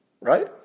right